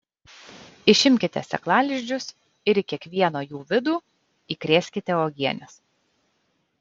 išimkite sėklalizdžius ir į kiekvieno jų vidų įkrėskite uogienės